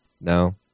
No